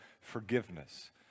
forgiveness